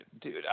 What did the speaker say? dude